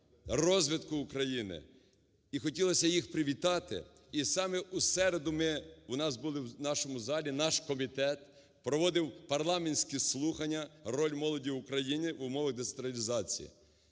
розвитку України і хотілося їх привітати. І саме у середу ми, у нас були, в нашому залі, наш комітет проводив парламентські слухання "Роль молоді України в умовах децентралізації".